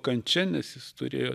kančia nes jis turėjo